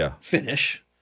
finish